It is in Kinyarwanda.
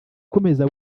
ukomeza